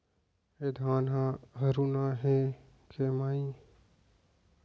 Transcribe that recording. ए धान ह हरूना हे के माई?